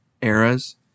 eras